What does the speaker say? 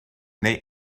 neu